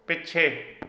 ਪਿੱਛੇ